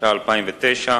התש"ע 2009,